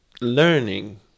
learning